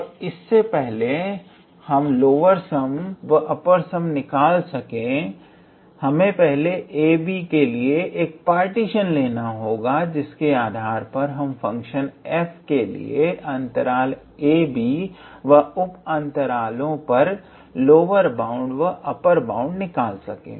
और इससे पहले कि हम लोअर सम व अपर सम निकाल सकें हमें पहले ab के लिए एक पार्टीशन लेना होगा जिसके आधार पर हम फंक्शन f के लिए अंतराल ab व उप अंतरालों पर लोअर बाउंड व अपर बाउंड निकाल सकें